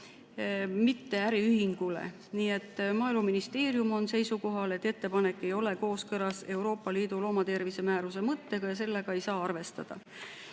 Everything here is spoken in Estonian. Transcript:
mitte äriühingule. Nii et Maaeluministeerium on seisukohal, et ettepanek ei ole kooskõlas Euroopa Liidu loomatervise määruse mõttega ja sellega ei saa arvestada.